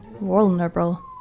vulnerable